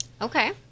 Okay